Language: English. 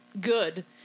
good